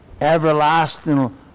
Everlasting